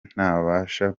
ntabasha